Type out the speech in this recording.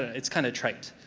it's kind of trite.